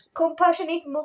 compassionate